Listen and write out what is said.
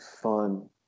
fun